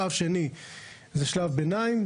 שלב שני זה שלב ביניים,